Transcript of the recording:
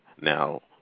now